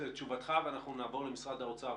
תשובתך ונעבור למשרד האוצר,